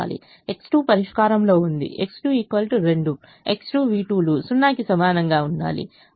X2 పరిష్కారంలో ఉంది X2 2 X2v2 లు 0 కి సమానంగా ఉండాలి కాబట్టి v2 0